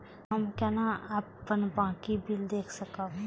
हम केना अपन बाँकी बिल देख सकब?